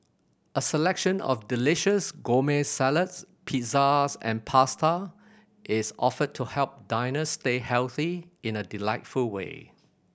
a selection of delicious gourmet salads pizzas and pasta is offered to help diners stay healthy in a delightful way